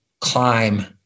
climb